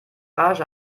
garage